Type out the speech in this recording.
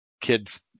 kids